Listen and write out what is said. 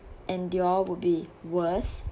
endure would be worse